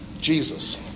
Jesus